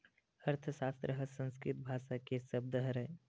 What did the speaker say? अर्थसास्त्र ह संस्कृत भासा के सब्द हरय